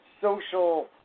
social